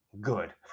good